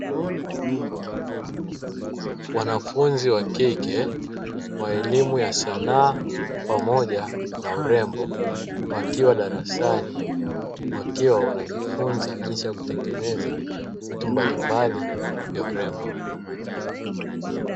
Wanafunzi wa kike wa elimu ya sanaa pamoja na urembo wakiwa darasani, wakiwa wanajifunza jinsi ya kutengeneza vitu mbalimbali vya urembo.